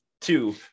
Two